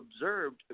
observed